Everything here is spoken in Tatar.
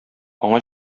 аңа